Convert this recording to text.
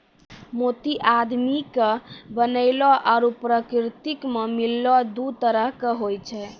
मोती आदमी के बनैलो आरो परकिरति सें मिललो दु तरह के होय छै